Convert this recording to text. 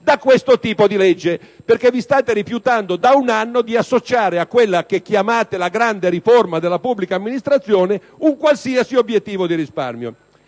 da questo tipo di legge, dato che vi state rifiutando da un anno di associare a quella che chiamate la grande riforma della pubblica amministrazione un qualsiasi obiettivo di risparmio.